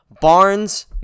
Barnes